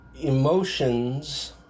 emotions